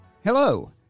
Hello